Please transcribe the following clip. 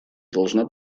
должна